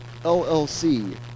LLC